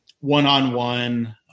one-on-one